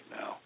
now